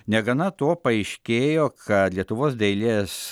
negana to paaiškėjo kad lietuvos dailės